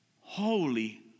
holy